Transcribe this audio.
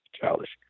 childish